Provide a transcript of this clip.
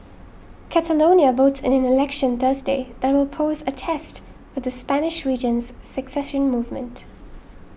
Catalonia votes in an election Thursday that will pose a test for the Spanish region's secession movement